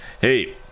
Hey